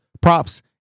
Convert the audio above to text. props